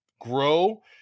grow